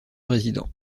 résident